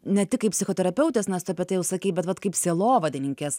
ne tik kaip psichoterapeutės nes tu apie tai jau sakei bet vat kaip sielovadininkės